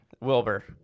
Wilbur